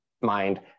mind